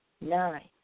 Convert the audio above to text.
nine